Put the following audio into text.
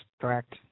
Correct